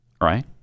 Right